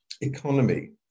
economy